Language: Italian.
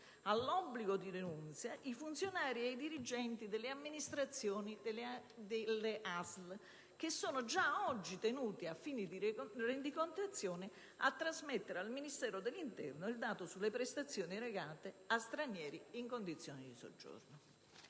tale obbligo i funzionari e i dirigenti delle amministrazioni delle ASL, che sono già oggi tenuti, a fini di rendicontazione, a trasmettere al Ministero dell'interno il dato sulle prestazioni erogate a stranieri in condizioni di soggiorno.